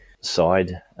side